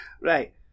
Right